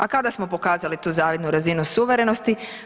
A kada smo pokazali tu zavidnu razinu suverenosti?